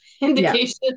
indication